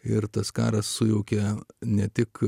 ir tas karas sujaukė ne tik